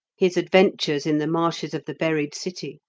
his adventures in the marshes of the buried city,